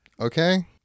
okay